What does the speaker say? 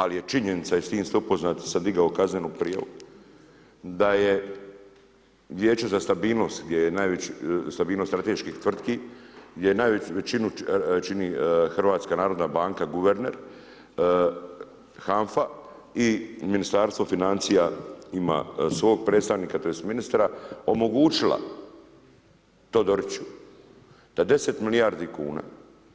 Ali je činjenica i s tim ste upoznati, jer sam digao kaznenu prijavu, da je Vijeće za stabilnost, gdje je, najveći stabilnost strateških tvrtki, gdje najveću većinu čini HNB, guverner, HANFA i Ministarstvo financija ima svog predstavnika, tj. ministra, omogućila Todoriću da 10 milijardi kuna,